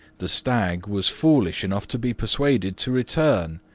the stag was foolish enough to be persuaded to return,